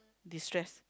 destress